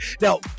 Now